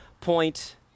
point